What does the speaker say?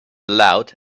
loud